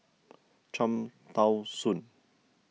Cham Tao Soon